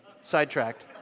sidetracked